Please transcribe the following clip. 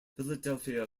philadelphia